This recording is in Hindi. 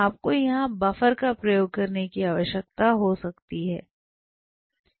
आपको यहां बफर का प्रयोग करने की आवश्यकता हो सकती है